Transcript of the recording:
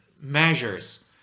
measures